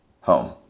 home